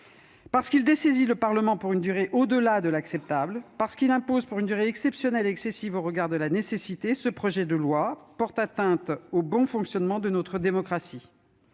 Parce qu'il dessaisit le Parlement pour une durée au-delà de l'acceptable, par ce qu'il impose pour une durée exceptionnelle et excessive au regard de la nécessité, ce projet de loi porte atteinte au bon fonctionnement de notre démocratie.